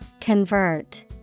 Convert